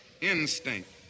instinct